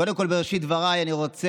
קודם כול, בדבריי אני רוצה